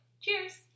cheers